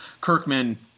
Kirkman